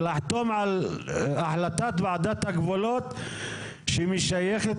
ולחתום על החלטת ועדת הגבולות שמשייכת